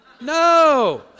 No